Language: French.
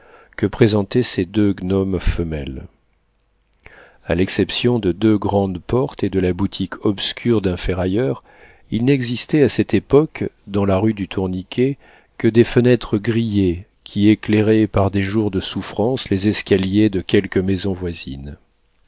que présentaient ces deux gnômes femelles a l'exception de deux grandes portes et de la boutique obscure d'un ferrailleur il n'existait à cette époque dans la rue du tourniquet que des fenêtres grillées qui éclairaient par des jours de souffrance les escaliers de quelques maisons voisines